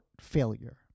failure